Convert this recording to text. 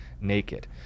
naked